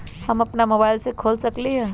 हम अपना मोबाइल से खोल सकली ह?